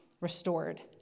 restored